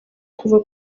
kuva